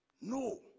No